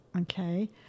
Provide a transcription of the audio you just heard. Okay